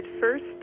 first